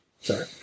Sorry